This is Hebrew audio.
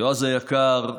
יועז היקר,